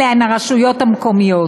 הם הרשויות המקומיות.